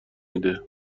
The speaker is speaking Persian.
میده